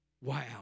Wow